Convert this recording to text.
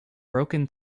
broken